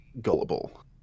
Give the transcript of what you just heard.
gullible